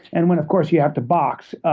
and when, of course, you have to box,